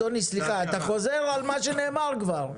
סליחה אתה חוזר על מה שנאמר כבר,